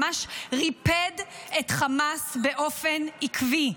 ממש ריפד את חמאס באופן עקבי.